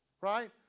Right